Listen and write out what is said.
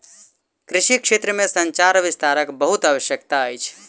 कृषि क्षेत्र में संचार विस्तारक बहुत आवश्यकता अछि